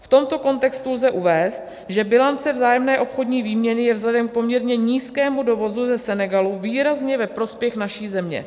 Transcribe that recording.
V tomto kontextu lze uvést, že bilance vzájemné obchodní výměny je vzhledem k poměrně nízkému dovozu ze Senegalu výrazně ve prospěch naší země.